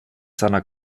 seiner